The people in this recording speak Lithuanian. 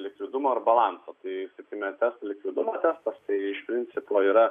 likvidumo ir balanso tai sakykime tas likvidumo testas iš principo yra